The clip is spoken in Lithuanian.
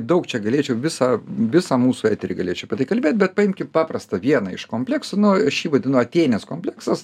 daug čia galėčiau visą visą mūsų eterį galėčiau apie tai kalbėt bet paimkim paprastą vieną iš kompleksų nu aš jį vadinu atėnės kompleksas